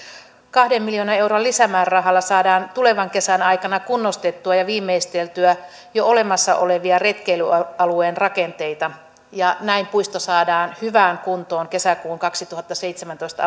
kahden miljoonan euron lisämäärärahalla saadaan tulevan kesän aikana kunnostettua ja viimeisteltyä jo olemassa olevia retkeilyalueen rakenteita ja näin puisto saadaan hyvään kuntoon kesäkuun kaksituhattaseitsemäntoista